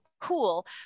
cool